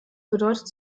bedeutet